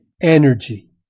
energy